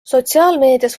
sotsiaalmeedias